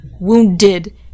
Wounded